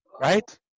Right